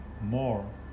more